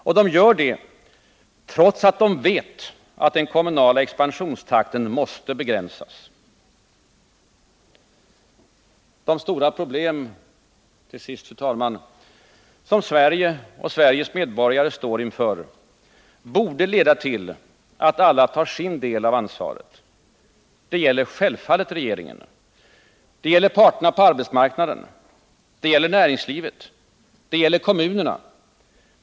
Och de gör det trots att de vet att den kommunala expansionstakten måste begränsas. De stora problemen til fru talman, som Sverige och dess medborgare står inför, borde leda till att alla tar sin del av ansvaret. Det gäller självfallet regeringen, det gäller parterna på arbetsmarknaden, det gäller näringslivet och det gäller kommunerna.